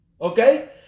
Okay